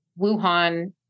Wuhan